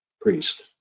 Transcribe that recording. priest